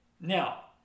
Now